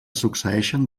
succeeixen